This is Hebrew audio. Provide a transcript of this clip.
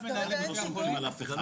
המשרדים מי יהיה הגורם שיעביר את הכסף.